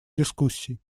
дискуссий